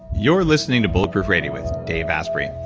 you're listening to bulletproof radio with dave asprey.